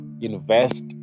invest